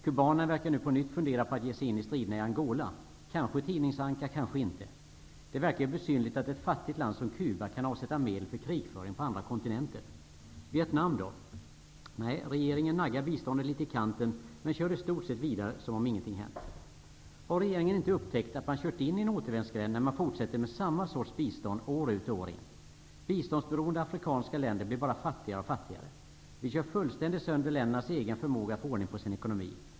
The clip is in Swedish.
Kubanerna verkar nu på nytt fundera på att ge sig in in striderna i Angola. Det kanske var en tidningsanka, kanske inte. Det verkar ju besynnerligt att ett fattigt land som Cuba kan avsätta medel för krigföring på andra kontinenter. Vietnam då? Nej, regeringen naggar biståndet litet i kanten men kör i stort sett vidare som om ingenting hänt. Har regeringen inte upptäckt att man kört in i en återvändsgränd när man fortsätter med samma sorts bistånd år ut och år in? Biståndsberoende afrikanska länder blir bara fattigare och fattigare. Vi kör fullständigt sönder ländernas egen förmåga att få ordning på sin ekonomi.